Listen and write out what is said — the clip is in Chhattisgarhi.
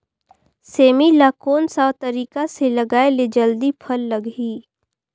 सेमी ला कोन सा तरीका से लगाय ले जल्दी फल लगही?